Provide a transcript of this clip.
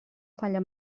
falla